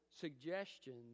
suggestions